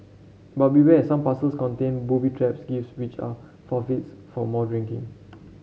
but beware some parcels contain booby traps gifts which are forfeits for more drinking